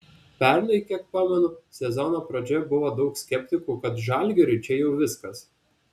pernai kiek pamenu sezono pradžioje buvo daug skeptikų kad žalgiriui čia jau viskas